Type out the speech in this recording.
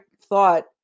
thought